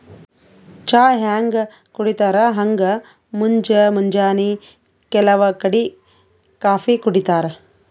ಚಾ ಹ್ಯಾಂಗ್ ಕುಡಿತರ್ ಹಂಗ್ ಮುಂಜ್ ಮುಂಜಾನಿ ಕೆಲವ್ ಕಡಿ ಕಾಫೀ ಕುಡಿತಾರ್